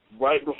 right